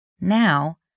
now